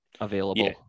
available